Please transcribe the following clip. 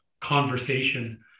conversation